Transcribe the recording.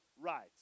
rights